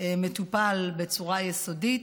מטופל בצורה יסודית,